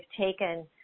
taken